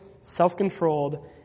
self-controlled